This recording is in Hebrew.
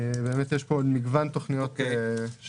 יש פה מגוון תוכניות.